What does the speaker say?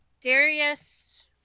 darius